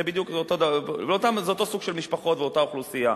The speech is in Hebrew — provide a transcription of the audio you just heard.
זה אותו סוג משפחות ואותה אוכלוסייה.